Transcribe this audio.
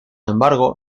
embargo